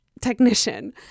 technician